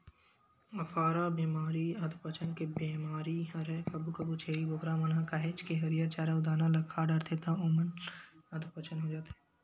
अफारा बेमारी अधपचन के बेमारी हरय कभू कभू छेरी बोकरा मन ह काहेच के हरियर चारा अउ दाना ल खा डरथे त ओमन ल अधपचन हो जाथे